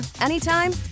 anytime